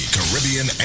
Caribbean